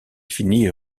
finit